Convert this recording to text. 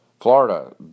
Florida